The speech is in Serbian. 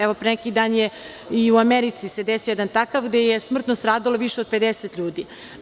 Evo, pre neki dan je, i u Americi se desio jedan takav gde je smrtno stradalo više od 50 ljudi.